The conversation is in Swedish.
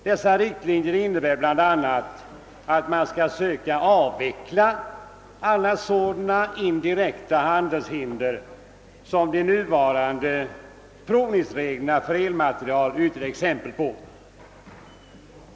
Dessa riktlinjer innebär bl.a. att man skall söka avveckla alla sådana indirekta handelshinder som de nuvarande provningsreglerna för elmateriel utgör exempel på.